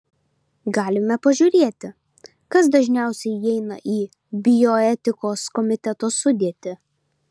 galime pažiūrėti kas dažniausiai įeina į bioetikos komiteto sudėtį